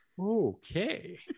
Okay